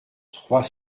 trois